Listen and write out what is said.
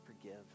forgive